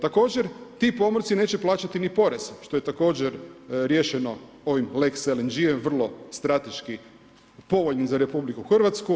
Također, ti pomorci neće plaćati ni porez, što je također riješeno ovim lex LNG- je vrlo strateški povoljno za RH.